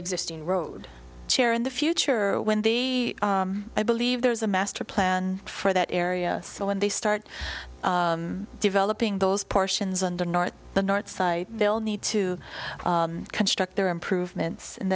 existing road chair in the future when the i believe there's a master plan for that area so when they start developing those portions under north the north side they'll need to construct their improvements and